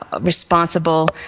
responsible